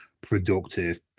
productive